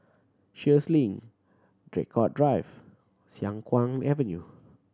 Sheares Link Draycott Drive Siang Kuang Avenue